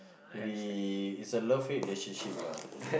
very it's a love hate relationship lah you know